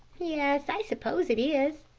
yes, i suppose it is,